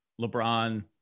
LeBron